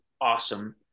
Awesome